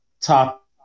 top